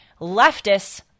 Leftists